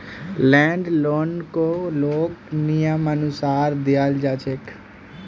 land लोनकको लोगक नियमानुसार दियाल जा छेक